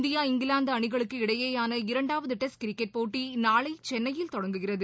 India இங்கிலாந்து அணிகளுக்கு இடையேயான இரண்டாவது டெஸ்ட் கிரிக்கெட் போட்டி நாளை சென்னையில் தொடங்குகிறது